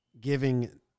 giving